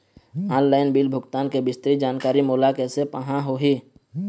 Online bill भुगतान के विस्तृत जानकारी मोला कैसे पाहां होही?